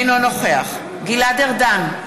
אינו נוכח גלעד ארדן,